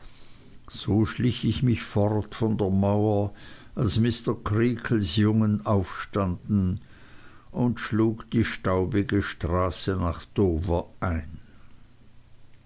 so schlich ich mich fort von der mauer als mr creakles jungen aufstanden und schlug die staubige straße nach dover ein